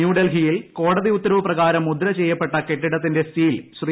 ന്യൂഡൽഹിയിൽ കോടതി ഉത്തരവ് പ്രകാരം മുദ്ര ചെയ്യപ്പെട്ട കെട്ടിടത്തിന്റെ സീൽ ശ്രീ